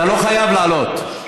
אתה לא חייב לעלות.